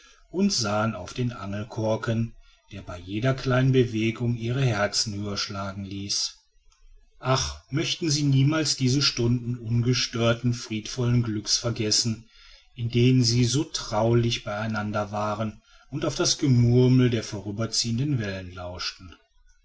und sahen auf den angelkork der bei jeder kleinen bewegung ihre herzen höher schlagen ließ ach möchten sie niemals diese stunden ungestörten friedenvollen glückes vergessen in denen sie so traulich bei einander waren und auf das gemurmel der vorüberziehenden wellen lauschten